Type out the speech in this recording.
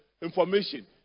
information